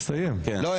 לא,